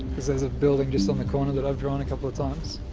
because there's a building just on the corner that i've drawn a couple of times.